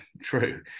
true